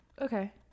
Okay